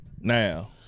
Now